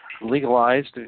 legalized